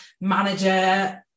manager